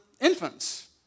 infants